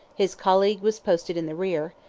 his colleague was posted in the rear,